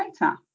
later